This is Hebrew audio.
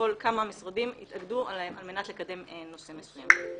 כל כמה משרדים התאגדו על מנת לקדם נושא מסוים.